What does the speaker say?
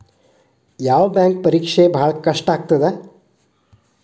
ಯಾವ್ ಬ್ಯಾಂಕ್ ಪರೇಕ್ಷೆ ಭಾಳ್ ಕಷ್ಟ ಆಗತ್ತಾ?